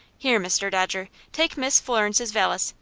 here, mr. dodger, take miss florence's valise,